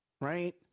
Right